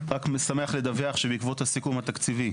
שמח לדווח שבעקבות הסיכום התקציבי,